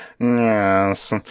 yes